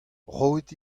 roit